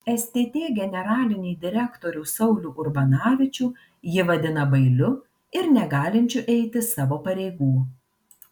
stt generalinį direktorių saulių urbanavičių ji vadina bailiu ir negalinčiu eiti savo pareigų